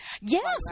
Yes